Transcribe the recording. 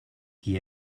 qui